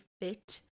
fit